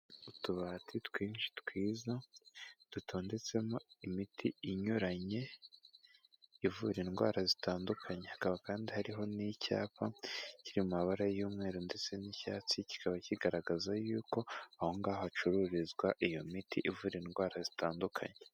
Utubati twinshi twiza dutondetsemo imiti inyuranye ivura indwara zitandukanye hakaba kandi hariho n'icyapa kiri mu mabara y'umweru ndetse n'icyatsi kikaba kigaragaza yuko ahonga hacururizwa iyo miti ivura indwara zitandukanye.